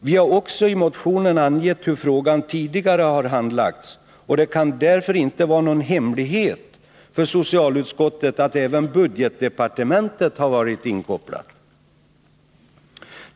Vi har också i motionen angett hur frågan tidigare har handlagts, och det kan därför inte vara någon hemlighet för socialutskottet att även budgetdepartementet varit inkopplat.